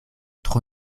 tro